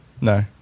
No